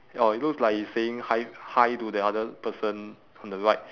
or it looks like he is saying hi hi to the other person on the right